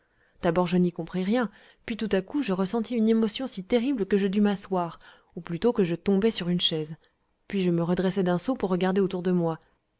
d'abord je n'y compris rien puis tout à coup je ressentis une émotion si terrible que je dus m'asseoir ou plutôt que je tombai sur une chaise puis je me redressai d'un saut pour regarder autour de moi